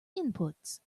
inputs